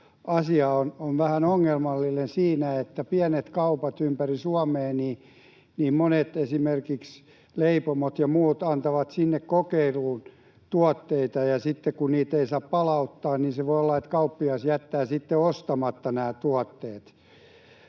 on vähän ongelmallinen siinä, että pienet kaupat ympäri Suomea, monet, esimerkiksi leipomot ja muut, antavat sinne kokeiluun tuotteita, ja sitten kun niitä ei saa palauttaa, niin voi olla, että kauppias jättää sitten ostamatta nämä tuotteet,